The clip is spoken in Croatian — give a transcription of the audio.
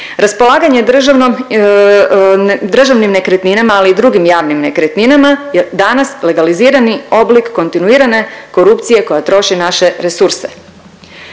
Raspolaganje državnom, državnim nekretninama ali i drugim javnim nekretninama je danas legalizirani oblik kontinuirane korupcije koja troši naše resurse.